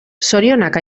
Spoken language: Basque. zorionak